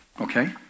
okay